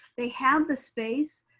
they have the space,